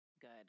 Good